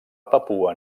papua